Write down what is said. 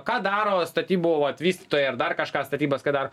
ką daro statybų vat vystytojai ar dar kažką statybas kai daro